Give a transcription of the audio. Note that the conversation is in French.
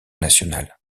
national